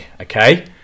okay